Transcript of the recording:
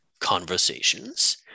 conversations